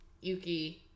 Yuki